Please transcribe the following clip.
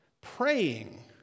Praying